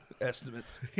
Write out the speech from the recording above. estimates